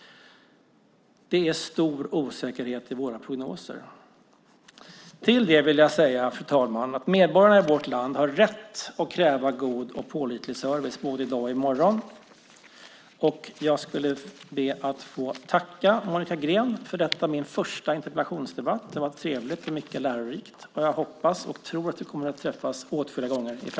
Det är stor osäkerhet i våra prognoser. Till det vill jag säga, fru talman, att medborgarna i vårt land har rätt att kräva god och pålitlig service både i dag och i morgon. Jag ber att få tacka Monica Green för denna min första interpellationsdebatt. Det var trevligt och mycket lärorikt. Jag hoppas och tror att vi kommer att träffas åtskilliga gånger i framtiden.